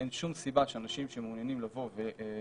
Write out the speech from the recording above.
אין שום סיבה שאנשים שמעוניינים לבוא ולרכוש